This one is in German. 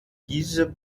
diese